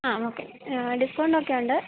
ആ okay discount ഒക്കെയുണ്ട്